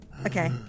okay